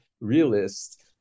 realist